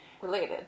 Related